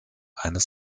eines